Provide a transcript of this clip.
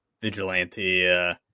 Vigilante